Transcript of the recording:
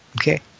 okay